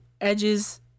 edges